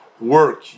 work